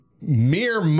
Mere